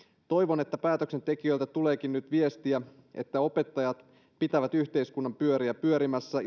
toivon että päätöksentekijöiltä tuleekin nyt viestiä että opettajat pitävät yhteiskunnan pyöriä pyörimässä